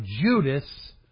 Judas